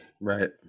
right